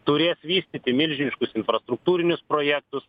turės vystyti milžiniškus infrastruktūrinius projektus